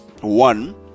One